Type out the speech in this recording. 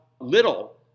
little